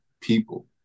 people